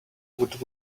would